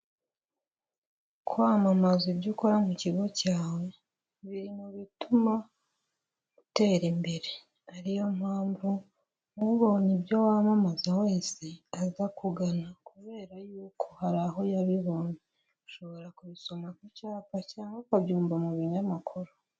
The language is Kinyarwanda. Kwamamaza ibyo ukora mu kigo cyawe, biri mu bituma utera imbere, ariyo mpamvu ubonye ibyo wamamaza wese aza kugana kubera y'uko hari aho yabibonye, ushobora kubisoma ku cyapa cyangwa ukabyumva mu binyamakuru.